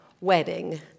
wedding